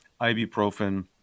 ibuprofen